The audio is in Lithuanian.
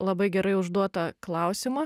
labai gerai užduotą klausimą